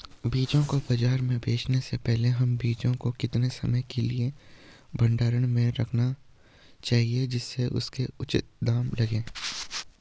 बीजों को बाज़ार में बेचने से पहले हमें बीजों को कितने समय के लिए भंडारण में रखना चाहिए जिससे उसके उचित दाम लगें?